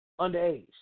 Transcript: underage